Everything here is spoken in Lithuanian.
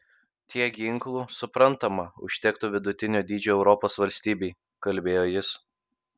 tiek ginklų suprantama užtektų vidutinio dydžio europos valstybei kalbėjo jis